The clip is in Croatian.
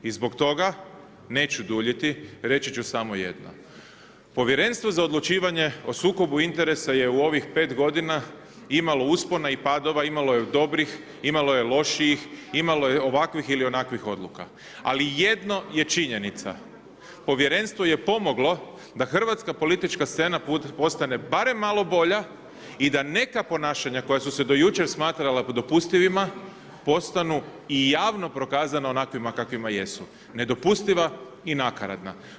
I zbog toga, neću duljiti reći ću samo jedno, Povjerenstvo za odlučivanje o sukobu interesa je u ovih pet godina imalo uspona i padova, imalo je dobrih, imalo je lošijih, imalo je ovakvih ili onakvih odluka, ali jedno je činjenica, Povjerenstvo je pomoglo da hrvatska politička scena postane barem malo bolja i da neka ponašanja koja su se do jučer smatrala dopustivima postanu i javno prokazano onakvim kakvima jesu, nedopustiva i nakaradna.